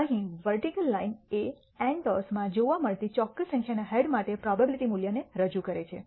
અહીં vertical line એ n ટોસમાં જોવા મળતી ચોક્કસ સંખ્યાના હેડ માટે પ્રોબેબીલીટી મૂલ્યને રજૂ કરે છે